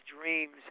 dreams